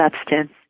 substance